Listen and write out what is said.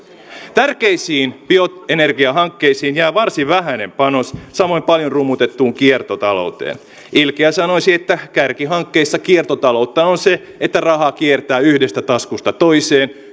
tärkeisiin bioenergiahankkeisiin jää varsin vähäinen panos samoin paljon rummutettuun kiertotalouteen ilkeä sanoisi että kärkihankkeissa kiertotaloutta on se että raha kiertää yhdestä taskusta toiseen